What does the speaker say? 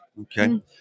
Okay